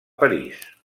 parís